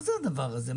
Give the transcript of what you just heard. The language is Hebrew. מה זה הדבר הזה?